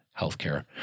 healthcare